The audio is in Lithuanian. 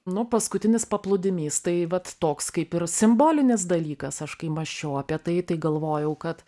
nu paskutinis paplūdimys tai vat toks kaip ir simbolinis dalykas aš kai mąsčiau apie tai tai galvojau kad